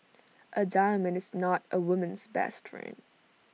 A diamond is not A woman's best friend